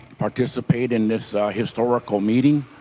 participate in this historical meeting.